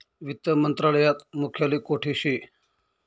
वित्त मंत्रालयात मुख्यालय कोठे शे